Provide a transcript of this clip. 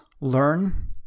learn